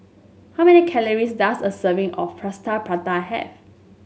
how many calories does a serving of Plaster Prata have